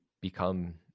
become